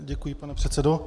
Děkuji, pane předsedo.